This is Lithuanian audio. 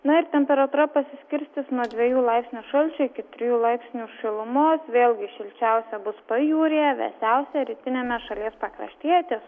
na ir temperatūra pasiskirstys nuo dviejų laipsnių šalčio iki trijų laipsnių šilumo vėlgi šilčiausia bus pajūryje vėsiausia rytiniame šalies pakraštyje ties